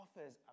offers